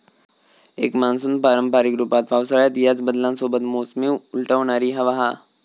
एक मान्सून पारंपारिक रूपात पावसाळ्यात ह्याच बदलांसोबत मोसमी उलटवणारी हवा हा